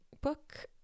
book